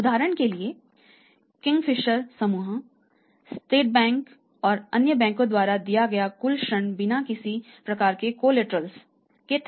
उदाहरण के लिए किंगफिशर समूह स्टेट बैंक और अन्य बैंकों द्वारा दिया गया कुल ऋण बिना किसी प्रकार के कोलेटरल के था